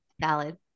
Valid